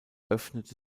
öffnete